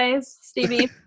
Stevie